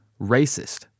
racist